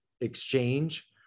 exchange